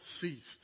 ceased